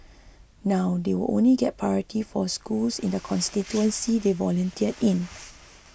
now they will only get priority for schools in the constituencies they volunteer in